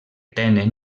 tenen